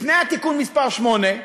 לפני התיקון מס' 8,